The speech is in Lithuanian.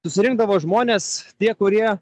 susirinkdavo žmonės tie kurie